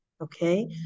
okay